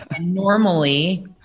Normally